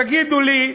תגידו לי,